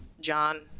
john